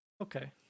Okay